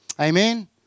Amen